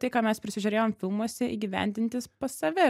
tai ką mes prisižiūrėjom filmuose įgyvendintis pas save